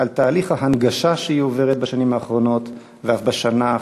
על תהליך ההנגשה שהיא עוברת בשנים האחרונות ואף בשנה האחרונה.